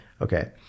okay